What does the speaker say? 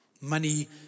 Money